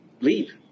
leave